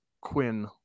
quinn